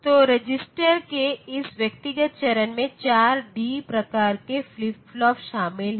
तो रजिस्टर के इस व्यक्तिगत चरण में चार डी प्रकार फ्लिप फ्लॉप शामिल हैं